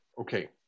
Okay